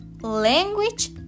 language